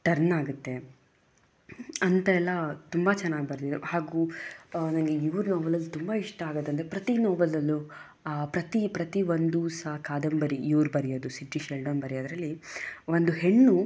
turn ಆಗುತ್ತೆ ಅಂತೆಲ್ಲ ತುಂಬ ಚೆನ್ನಾಗಿ ಬರೆದಿದ್ರು ಹಾಗೂ ನನಗೆ ಇವ್ರ ನೋವೆಲ್ಲ ತುಂಬ ಇಷ್ಟ ಆಗೋದೆಂದ್ರೆ ಪ್ರತಿ ನೋವಲ್ಲೂ ಆ ಪ್ರತಿ ಪ್ರತಿ ಒಂದು ಸಹ ಕಾದಂಬರಿ ಇವ್ರು ಬರೆಯೋದು ಸಿಡ್ನಿ ಶೆಲ್ಡನ್ ಬರೆಯೋದ್ರಲ್ಲಿ ಒಂದು ಹೆಣ್ಣು